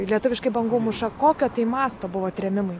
lietuviškai bangų mūša kokio tai mąsto buvo trėmimai